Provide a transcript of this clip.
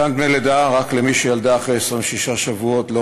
מתן דמי לידה רק למי שילדה אחרי 26 שבועות לא